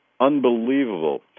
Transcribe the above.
unbelievable